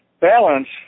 balance